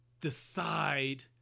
decide